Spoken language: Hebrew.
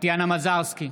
טטיאנה מזרסקי,